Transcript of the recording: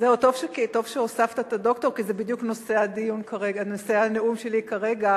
טוב שהוספת את ה"דוקטור" כי זה בדיוק נושא הנאום שלי כרגע.